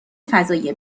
فضایی